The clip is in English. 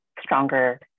stronger